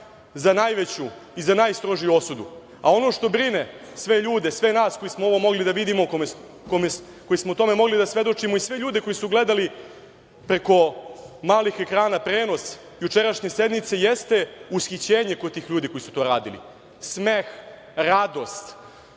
za najveću i za najstrožiju osudu, a ono što brine sve ljude, sve nas koji smo ovo mogli da vidimo koji smo tome mogli da svedočimo i sve ljude koji su gledali preko malih ekrana prenos jučerašnje sednice jeste ushićenje kod tih koji su to radili smeh, radost. Jedan